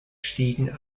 stiegen